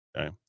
Okay